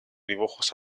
dibujos